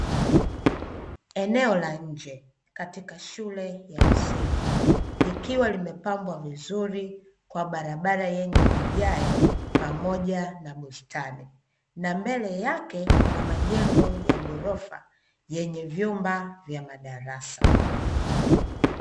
Eneo la nje katika shule ya msingi likiwa limepambwa vizuri kwa barabara yenye vigae pamoja na bustani, na mbele yake Kuna majengo ya ghorofa yenye vyumba vya madarasa.